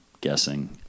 guessing